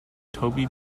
toby